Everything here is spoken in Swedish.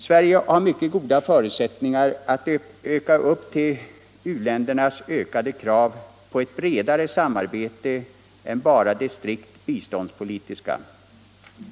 Sverige har mycket goda förutsättningar att tillgodose u-ländernas ökade krav på ett bredare samarbete än bara det strikt biståndspolitiska.